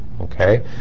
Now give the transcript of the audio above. okay